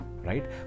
Right